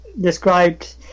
described